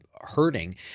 hurting